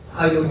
i